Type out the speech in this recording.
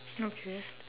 okay